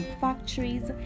factories